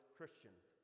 Christians